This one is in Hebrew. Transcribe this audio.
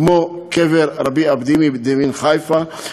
כמו קבר רבי אבדימי דמן חיפה,